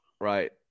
right